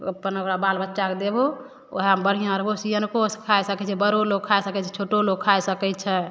अपन ओकरा बालबच्चा के देबहो ओहाए मे बढियाँ रहबहो सियनको सब खाइ सकै छै बरो लोक खाइ सकै छै छोटो लोक खाइ सकै छै